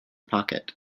pocket